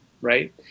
Right